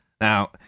Now